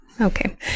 Okay